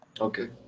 Okay